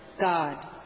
God